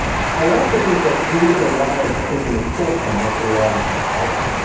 i also think that humans are wired to think in the short-term, not the long-term, right?